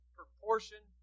proportion